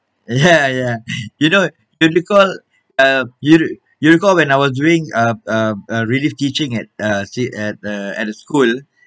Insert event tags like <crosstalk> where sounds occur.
ya ya <breath> you know don't you call uh you you recall when I was doing up uh uh relief teaching at a C at a at a school